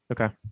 Okay